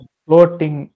floating